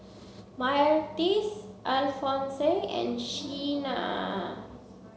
Myrtis Alfonse and Sheena